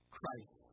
Christ